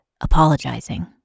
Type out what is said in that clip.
apologizing